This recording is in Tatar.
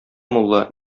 мулла